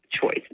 choice